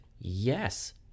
yes